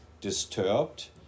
disturbed